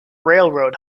railroad